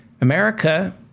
America